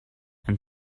and